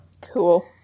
Cool